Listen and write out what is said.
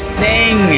sing